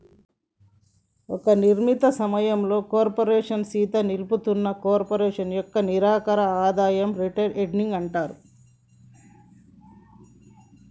ఒక నిర్ణీత సమయంలో కార్పోరేషన్ సీత నిలుపుతున్న కార్పొరేషన్ యొక్క నికర ఆదాయం రిటైర్డ్ ఎర్నింగ్స్ అంటారు